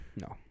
No